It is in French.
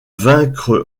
vaincre